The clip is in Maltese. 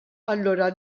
allura